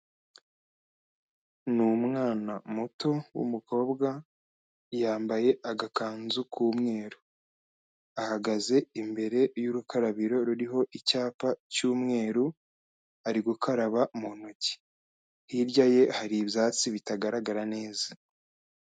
Ni umwana muto w'umukobwa yambaye agakanzu k'umweru, ahagaze imbere y'urukarabiro ruriho icyapa cy'umweru ari gukaraba mu ntoki, hirya ye hari ibyatsi bitagaragara neza.